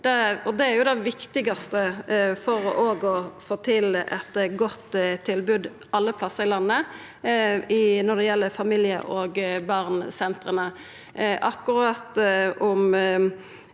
Det er jo det viktigaste for òg å få til eit godt tilbod alle plassar i landet når det gjeld familie og barn-sentera.